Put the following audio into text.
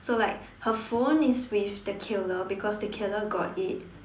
so like her phone is with the killer because the killer got it